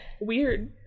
weird